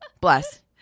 Bless